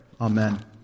Amen